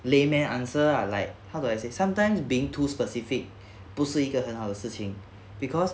layman answer ah like how do I say sometimes being too specific 不是一个很好的事情 because